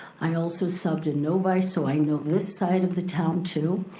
i also subbed in novi so i know this side of the town too.